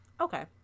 Okay